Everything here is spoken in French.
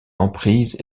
emprise